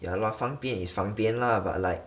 yeah lah 方便 is 方便 lah but like